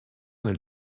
nel